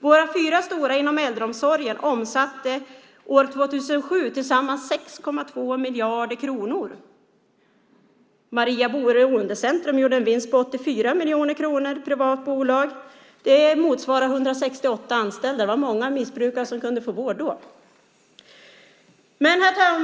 Våra fyra stora inom äldreomsorgen omsatte år 2007 tillsammans 6,2 miljarder kronor. Maria Beroendecentrum, ett privat bolag, gjorde en vinst på 84 miljoner kronor. Det motsvarar 168 anställda. Det var många missbrukare som kunde få vård för de pengarna.